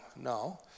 No